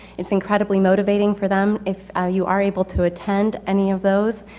it's incredibly motivating for them if, you are able to attend any of those,